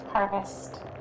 Harvest